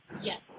Yes